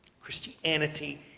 Christianity